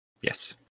Yes